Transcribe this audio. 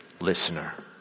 listener